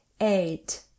Eight